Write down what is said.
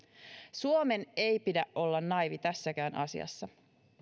suomen ei pidä olla naiivi tässäkään asiassa